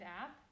app